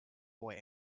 boy